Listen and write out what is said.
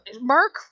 Mark